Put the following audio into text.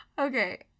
Okay